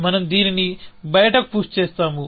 మనం దీనిని బయటకు పుష్ చేస్తాము